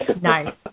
Nice